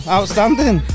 Outstanding